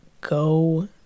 go